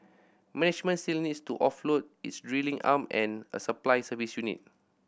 management still needs to offload its drilling arm and a supply service unit